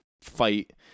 fight